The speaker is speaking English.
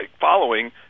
following